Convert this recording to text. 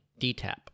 DTAP